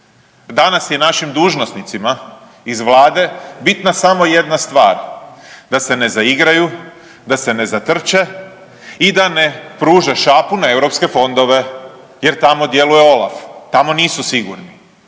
Danas je našim dužnosnicima iz vlade bitna samo jedna stvar, da se ne zaigraju, da se ne zatrče i da ne pruže šapu na europske fondove jer tamo djeluje OLAF, tamo nisu sigurni,